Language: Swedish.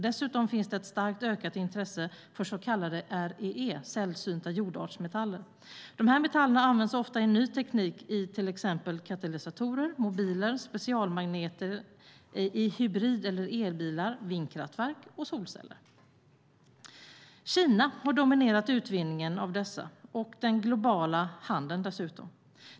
Dessutom finns ett starkt ökat intresse för så kallade REE, sällsynta jordartsmetaller. Dessa metaller används ofta i ny teknik, till exempel i katalysatorer, mobiler, specialmagneter i hybrid och elbilar, vindkraftverk och solceller. Kina har dominerat utvinningen av dessa och dessutom den globala handeln.